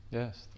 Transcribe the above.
yes